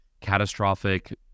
catastrophic